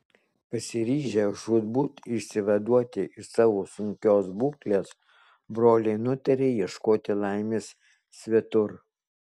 pasiryžę žūtbūt išsivaduoti iš savo sunkios būklės broliai nutarė ieškoti laimės svetur